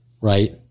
right